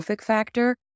factor